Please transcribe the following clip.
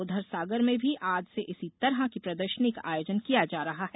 उधर सागर में भी आज से इसी तरह की प्रदर्शनी का आयोजन किया जा रहा है